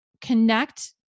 connect